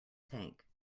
tank